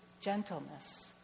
gentleness